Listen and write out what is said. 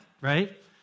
right